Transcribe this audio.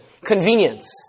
Convenience